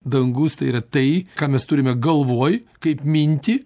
dangus tai yra tai ką mes turime galvoj kaip mintį